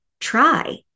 try